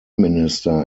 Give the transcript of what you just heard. minister